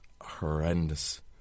horrendous